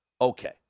Okay